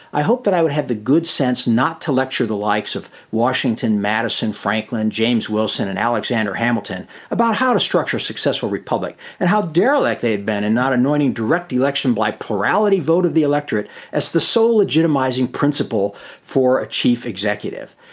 i hope that i would have the good sense not to lecture the likes of washington, madison, madison, franklin, james wilson and alexander hamilton about how to structure a successful republic and how derelict they'd been and not anointing direct election by plurality vote of the electorate as the sole legitimizing principle for a chief executive.